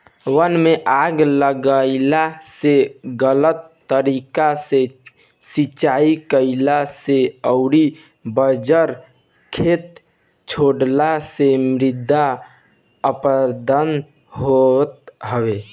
वन में आग लागला से, गलत तरीका से सिंचाई कईला से अउरी बंजर खेत छोड़ला से मृदा अपरदन होत हवे